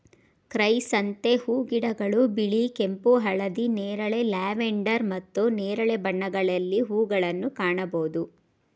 chrysanthemum ಹೂಗಿಡಗಳು ಬಿಳಿ, ಕೆಂಪು, ಹಳದಿ, ನೇರಳೆ, ಲ್ಯಾವೆಂಡರ್ ಮತ್ತು ನೇರಳೆ ಬಣ್ಣಗಳಲ್ಲಿ ಹೂಗಳನ್ನು ಕಾಣಬೋದು